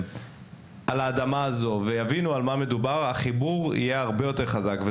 על האדמה הזאת ויבינו על מה מדובר החיבור יהיה הרבה יותר חזק.